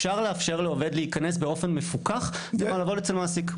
אפשר לאפשר לעובד להיכנס באופן מפוקח ולעבוד אצל מעסיק.